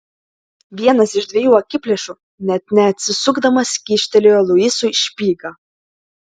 vienas iš dviejų akiplėšų net neatsisukdamas kyštelėjo luisui špygą